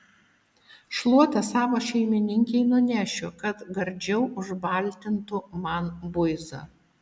šluotą savo šeimininkei nunešiu kad gardžiau užbaltintų man buizą